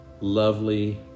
lovely